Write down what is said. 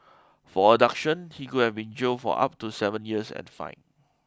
for abduction he could have been jailed for up to seven years and fined